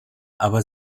aber